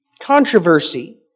controversy